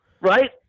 Right